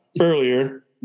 earlier